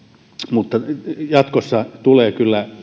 mutta jatkossa tulee kyllä